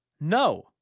No